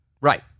Right